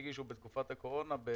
הגישה בתקופת הקורונה.